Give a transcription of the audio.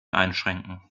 einschränken